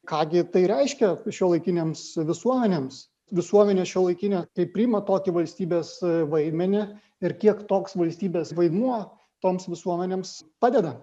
ką gi tai reiškia šiuolaikinėms visuomenėms visuomenė šiuolaikinė tai priima tokį valstybės vaidmenį ir kiek toks valstybės vaidmuo toms visuomenėms padeda